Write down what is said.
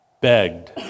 begged